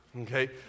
okay